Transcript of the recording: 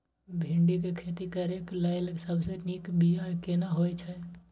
भिंडी के खेती करेक लैल सबसे नीक बिया केना होय छै?